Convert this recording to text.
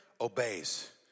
obeys